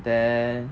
then